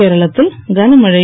கேரளத்தில் கனமழை